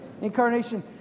Incarnation